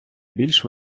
більш